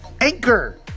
Anchor